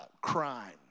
crime